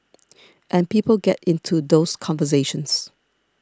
and people get into those conversations